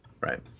right